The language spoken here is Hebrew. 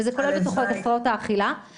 וזה כולל בתוכו את הפרעות האכילה.